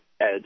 edge